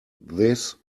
this